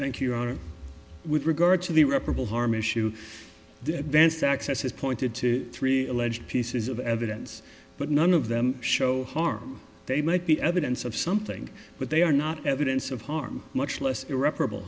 thank you ron with regard to the reparable harm issue the advance access has pointed to three alleged pieces of evidence but none of them show harm they might be evidence of something but they are not evidence of harm much less irreparable